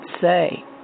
say